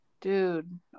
dude